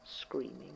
screaming